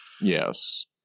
Yes